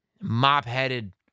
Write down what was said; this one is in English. mop-headed